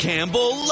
Campbell